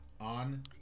On